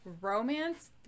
Romance